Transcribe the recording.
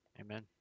Amen